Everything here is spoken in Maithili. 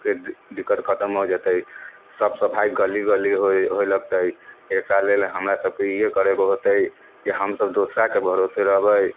के दिक्कत खतम हो जेतै सभ सफाइ गली गली होइ होइ लगतै एकरा लेल हमरा सभके इएह करैके हौते जे हम सभ दोसराके भरोसे रहबै